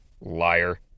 liar